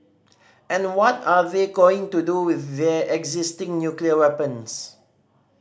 and what are they going to do with their existing nuclear weapons